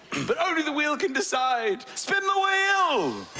but only the wheel can decide. spin the wheel!